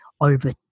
over